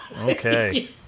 Okay